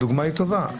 הדוגמה היא טובה.